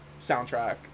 soundtrack